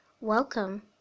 Welcome